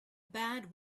bad